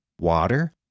water